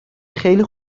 خیلی